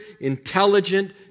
intelligent